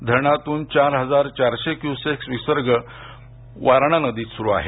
धरणातून चार हजार चारशे क्यूसेक विसर्ग वारणा नदीत सुरू आहे